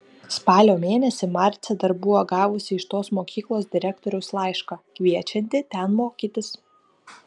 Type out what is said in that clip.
spalio mėnesį marcė dar buvo gavusi iš tos mokyklos direktoriaus laišką kviečiantį ten mokytis